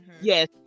yes